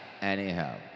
anyhow